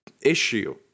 issue